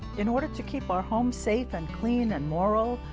in order to keep our homes safe and clean and morale,